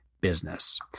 business